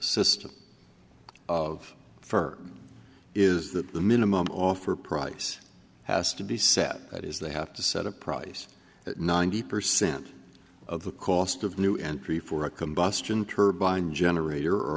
system of fur is that the minimum offer price has to be set that is they have to set a price that ninety percent of the cost of new en